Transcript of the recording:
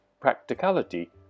practicality